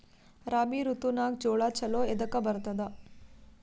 ರಾಬಿ ಋತುನಾಗ್ ಜೋಳ ಚಲೋ ಎದಕ ಬರತದ?